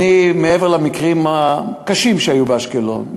מעבר למקרים הקשים שהיו באשקלון,